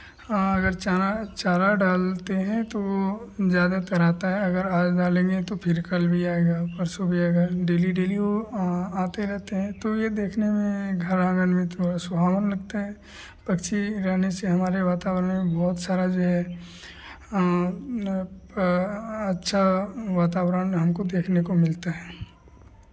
अगर चना चारा डालते हैं तो वो ज़्यादातर आता है अगर ज़्यादातर आता है अगर आज डालेंगे तो फिर कल भी आएगा परसों भी आएगा डेली डेली वो आते रहते हैं तो ये देखने में घर आंगन में तो सुहावन लगता है पक्षी आ जाने से हमारे वातावरण में बहुत सारा जो है ना अच्छा वातावरण में हमको देखने को मिलता है